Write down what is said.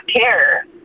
care